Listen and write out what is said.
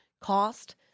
cost